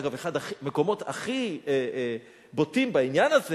אגב, אחד המקומות הכי בוטים בעניין הזה